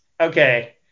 okay